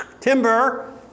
Timber